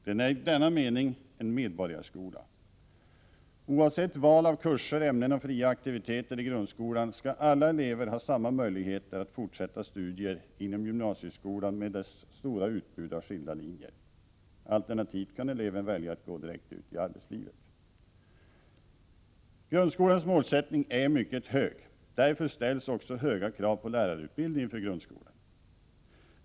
Den är i denna mening en medborgarskola. Oavsett val av kurser, ämnen och fria aktiviteter i grundskolan skall alla elever ha samma möjligheter att fortsätta studier inom gymnasieskolan med dess stora utbud av skilda linjer. Alternativt kan eleven välja att gå direkt ut i arbetslivet. Grundskolans målsättning är mycket hög. Därför ställs också höga krav på lärarutbildningen för grundskolan.